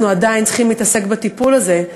אנחנו עדיין צריכים להתעסק בטיפול הזה.